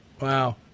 Wow